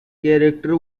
character